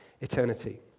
eternity